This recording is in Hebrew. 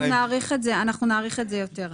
אנחנו נאריך את זה יותר.